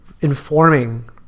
informing